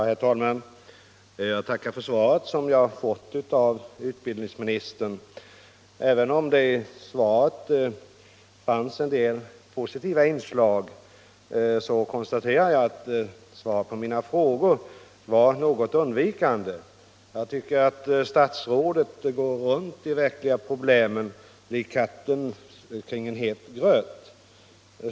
Herr talman! Jag tackar för svaret som jag har fått av utbildningsministern. Även om det i svaret finns en del positiva inslag konstaterar jag att svaret på mina frågor var något undvikande. Statsrådet går runt de verkliga problemen lik katten kring het gröt.